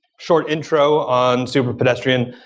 short intro on superpedestrian.